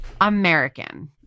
American